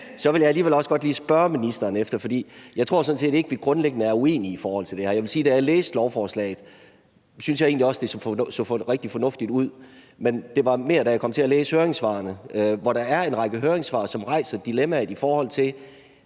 vil jeg godt lige spørge ministeren om noget. Jeg tror sådan set ikke, at vi grundlæggende er uenige om det her. Jeg vil sige, at da jeg læste lovforslaget, syntes jeg egentlig også, at det så rigtig fornuftigt ud, men det var mere, da jeg kom til at læse høringssvarene. Der er en række høringssvar, som rejser dilemmaet om både